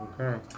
Okay